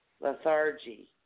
lethargy